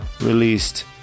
released